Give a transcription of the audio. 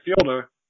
fielder